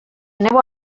neu